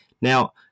Now